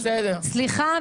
סליחה,